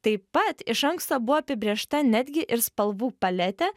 taip pat iš anksto buvo apibrėžta netgi ir spalvų paletė